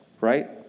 right